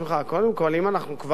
אם אנחנו כבר במשבר,